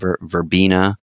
verbena